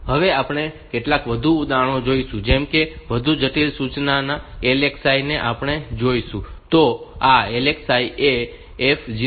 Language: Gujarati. હવે આપણે કેટલાક વધુ ઉદાહરણો જોઈશું જેમ કે વધુ જટિલ સૂચના LXI ને આપણે જોઈશું